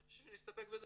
אני חושב שנסתפק בזה.